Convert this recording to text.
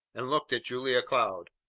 and looked at julia cloud.